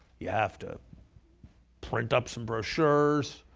you have to print up some brochures.